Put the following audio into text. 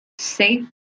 safe